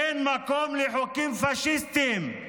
אין מקום לחוקים פשיסטיים,